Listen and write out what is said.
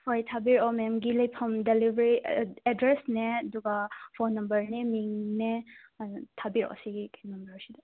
ꯍꯣꯏ ꯊꯥꯕꯤꯔꯛꯑꯣ ꯃꯦꯝꯒꯤ ꯂꯩꯐꯝ ꯗꯦꯂꯤꯕꯔꯤ ꯑꯦꯗ ꯑꯦꯗ꯭ꯔꯦꯁꯅꯦ ꯑꯗꯨꯒ ꯐꯣꯟ ꯅꯝꯕꯔꯅꯦ ꯃꯤꯡꯅꯦ ꯑꯥ ꯊꯥꯕꯤꯔꯛꯑꯣ ꯁꯤꯒꯤ ꯅꯝꯕꯔꯁꯤꯗ